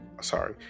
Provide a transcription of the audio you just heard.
Sorry